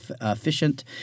efficient